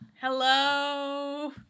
Hello